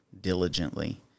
diligently